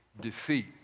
defeat